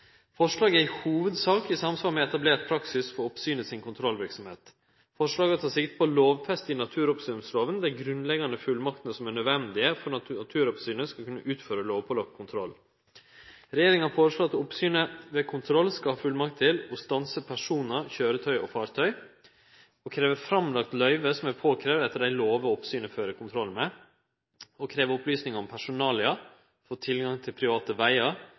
Forslaget er i hovudsak i samsvar med etablert praksis for oppsynet si kontrollverksemd. Forslaget tek sikte på å lovfeste i naturoppsynslova dei grunnleggande fullmaktene som er nødvendige for at naturoppsynet skal kunne utføre kontroll etter lova. Regjeringa foreslår at oppsynet ved kontroll skal ha fullmakt til å stanse personar, køyretøy og fartøy, krevje framlagt løyve som er påkrevd etter dei lover oppsynet fører kontroll med, krevje opplysingar om personalia, få tilgang til private vegar,